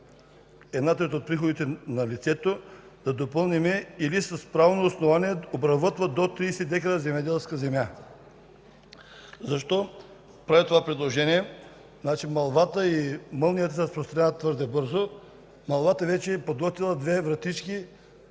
трета от приходите на лицето” да допълним „или с правно основание обработват до 30 дка земеделска земя”. Защо правя това предложение? Мълвата и мълнията се разпространяват твърде бързо. Мълвата вече е подготвила две вратички